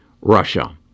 Russia